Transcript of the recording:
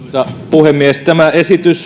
puhemies tämä esitys